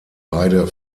beide